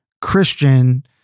Christian